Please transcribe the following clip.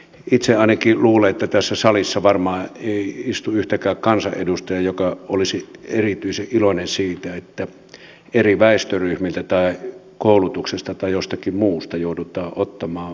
itse ainakin luulen että tässä salissa varmaan ei istu yhtäkään kansanedustajaa joka olisi erityisen iloinen siitä että eri väestöryhmiltä tai koulutuksesta tai jostakin muusta joudutaan ottamaan rahaa pois